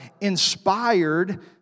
inspired